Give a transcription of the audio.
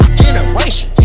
generation